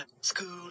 School